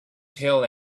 tail